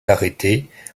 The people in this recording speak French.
arrêtés